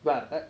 but